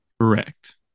correct